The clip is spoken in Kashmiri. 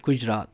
گُجرات